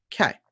Okay